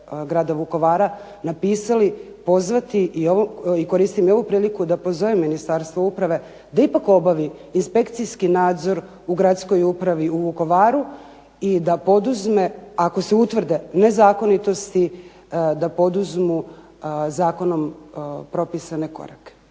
grada Vukovara napisali, pozvati, i koristim i ovu priliku da pozovem Ministarstvo uprave da ipak obavi inspekcijski nadzor u Gradskoj upravi u Vukovaru i da poduzme, ako se utvrde nezakonitosti, da poduzmu zakonom propisane korake.